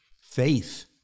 faith